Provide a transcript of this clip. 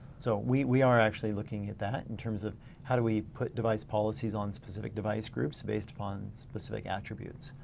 so we are actually looking at that in terms of how do we put device policies on specific device groups based upon specific attributes?